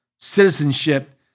Citizenship